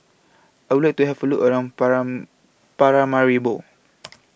I Would like to Have A Look around Paramaribo